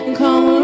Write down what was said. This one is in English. come